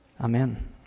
Amen